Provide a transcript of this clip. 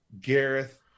Gareth